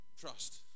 trust